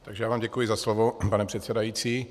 Já vám děkuji za slovo, pane předsedající.